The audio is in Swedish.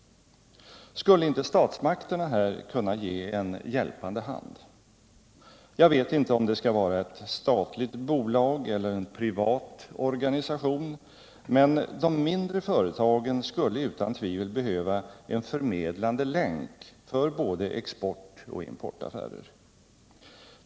Skulle inte statsmakterna här kunna ge en hjälpande hand? Jag vet inte om det skall vara ett statligt bolag eller en privat organisation, men de mindre företagen skulle utan tvivel behöva en förmedlande länk för både export och importaffärer.